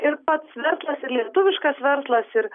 ir pats verslas ir lietuviškas verslas ir